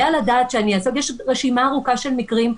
-- ויש ארוכה של מקרים.